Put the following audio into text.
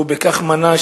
ובכך הוא מנע,